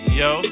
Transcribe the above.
yo